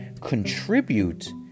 contribute